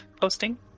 posting